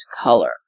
color